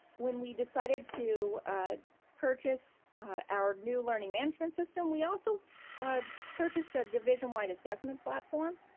when we decided to purchase our new learning management system, we also ah purchased a division wide assessment platform,